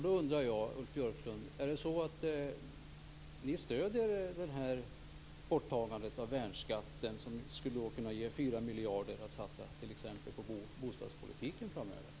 Då undrar jag: Stöder ni borttagandet av värnskatten som skulle ge 4 miljarder att satsa på bostadspolitiken framöver?